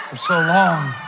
so now